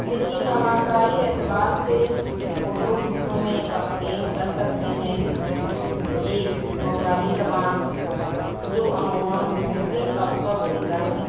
لیکن علاقائی اعتبار سے اس کو دو حصوں میں تقسیم کر سکتے ہیں ایک مئو والی زبان جو عموماً مسلم طبقہ بولتا ہے